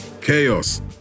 chaos